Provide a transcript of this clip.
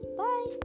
bye